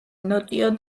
ნოტიო